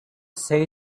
say